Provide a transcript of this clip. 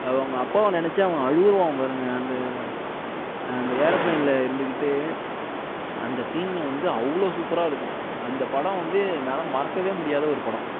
அவங்க அப்பாவை நெனைச்சி அவங்க அழுதுடுவான் பாருங்கள் அந்த அந்த ஏரோபிளேனில் இருந்துகிட்டு அந்த சீனில் வந்து அவ்வளோ சூப்பராக இருக்கும் அந்த படம் வந்து என்னால் மறக்க முடியாத ஒரு படம்